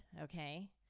okay